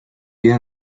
vida